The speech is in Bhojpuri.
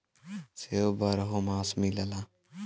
सेब बारहो मास मिलला